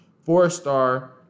Four-star